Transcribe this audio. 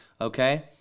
okay